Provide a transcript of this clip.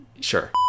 sure